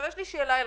יש לי שאלה אליכם: